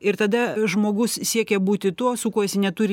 ir tada žmogus siekia būti tuo su kuo jis neturi